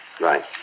Right